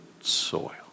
soil